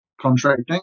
contracting